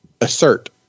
assert